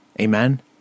Amen